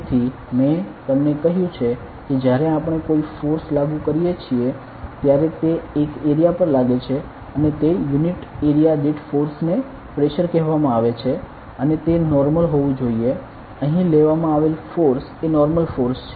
તેથી મે તમને કહ્યું છે કે જ્યારે આપણે કોઈ ફોર્સ લાગુ કરીએ છીએ ત્યારે તે એક એરિયા પર લાગે છે અને તે યુનિટ એરિયા દીઠ ફોર્સને પ્રેશર કહેવામાં આવે છે અને તે નોર્મલ હોવું જોઈએ અહીં લેવામાં આવેલ ફોર્સ એ નોર્મલ ફોર્સ છે